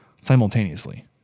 simultaneously